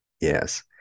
Yes